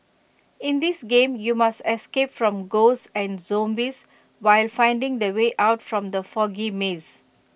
in this game you must escape from ghosts and zombies while finding the way out from the foggy maze